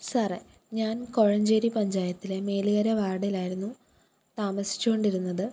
സാറേ ഞാൻ കോഴഞ്ചേരി പഞ്ചായത്തിലെ മേലുകര വാർഡിലായിരുന്നു താമസിച്ചുകൊണ്ടിരുന്നത്